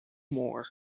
more